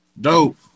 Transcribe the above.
Dope